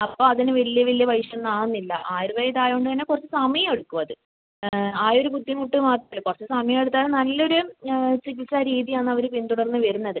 അപ്പോൾ അതിന് വലിയ വലിയ പൈസഒന്നും ആവുന്നില്ല ആയുർവ്വേദമായത് കൊണ്ട് തന്നെ കുറച്ച് സമയമെടുക്കും അത് ആ ഒരു ബുദ്ധിമുട്ട് മാത്രമേ ഉള്ളൂ കുറച്ച് സമയം എടുത്താലും നല്ല ഒരു ചികിത്സാ രീതി ആണ് അവർ പിന്തുടർന്ന് വരുന്നത്